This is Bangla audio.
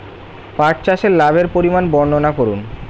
পাঠ চাষের লাভের পরিমান বর্ননা করুন?